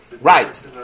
Right